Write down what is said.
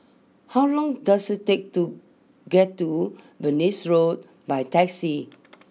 how long does it take to get to Venus Road by taxi